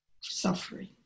suffering